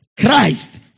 Christ